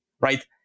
right